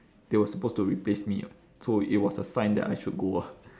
they were supposed to replace me [what] so it was a sign that I should go ah